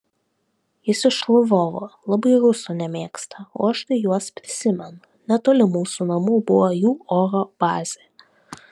jis iš lvovo labai rusų nemėgsta o aš tai juos prisimenu netoli mūsų namų buvo jų oro bazė